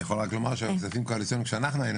אני יכול רק לומר שכספים קואליציוניים כשאנחנו היינו